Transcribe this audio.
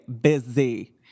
busy